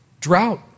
Drought